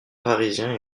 parisiens